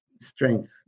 strength